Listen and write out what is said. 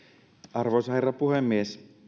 arvoisa herra puhemies